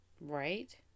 right